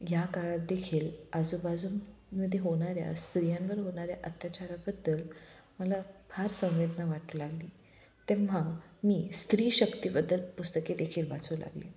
या काळातदेखील आजूबाजू मध्ये होणाऱ्या स्त्रियांवर होणाऱ्या अत्याचाराबद्दल मला फार संवेदना वाटू लागली तेव्हा मी स्त्री शक्तीबद्दल पुस्तके देखील वाचू लागले